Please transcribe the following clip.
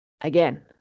again